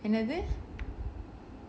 என்னது:ennathu